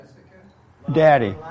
Daddy